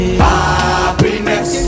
Happiness